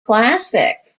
classic